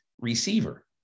receiver